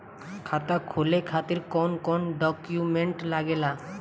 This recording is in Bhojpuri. खाता खोले खातिर कौन कौन डॉक्यूमेंट लागेला?